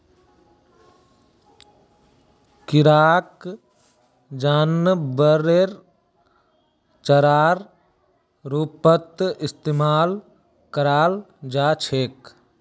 किराक जानवरेर चारार रूपत इस्तमाल कराल जा छेक